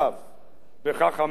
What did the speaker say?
וכך אמר בין השאר: